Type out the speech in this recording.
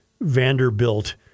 Vanderbilt